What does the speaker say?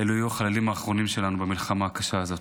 אלה יהיו החיילים האחרונים שלנו במלחמה הקשה הזאת.